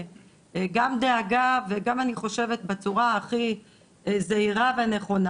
גם דאגה וגם אני חושבת בצורה הכי זהירה ונכונה,